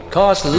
Cause